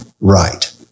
right